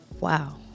Wow